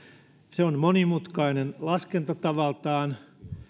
se on monimutkainen laskentatavaltaan